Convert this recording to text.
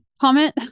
comment